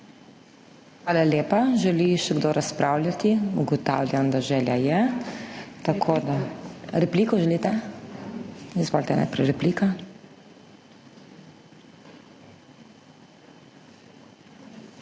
Hvala lepa. Želi še kdo razpravljati? Ugotavljam, da želja je. Repliko želite? Izvolite, najprej replika.